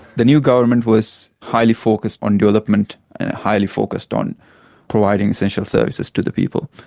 the new government was highly focussed on development and highly focused on providing essential services to the people.